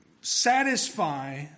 satisfy